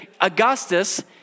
Augustus